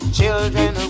children